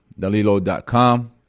Dalilo.com